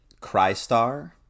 Crystar